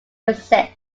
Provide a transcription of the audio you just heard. exist